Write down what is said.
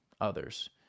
others